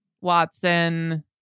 watson